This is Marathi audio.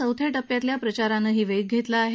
चौथ्या टप्प्यातल्या प्रचारानंही वेग घेतला आहे